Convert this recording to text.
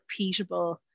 repeatable